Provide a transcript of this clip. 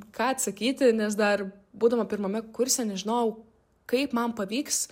ką atsakyti nes dar būdama pirmame kurse nežinojau kaip man pavyks